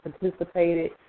participated